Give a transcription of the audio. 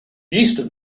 eastern